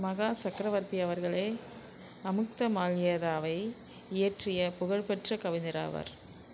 மகா சக்கரவர்த்தி அவர்களே அமுக்த மால்யதாவை இயற்றிய புகழ்பெற்ற கவிஞராவார்